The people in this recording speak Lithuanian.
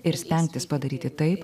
ir stengtis padaryti taip